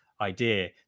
idea